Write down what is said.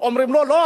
אומרים לו: לא,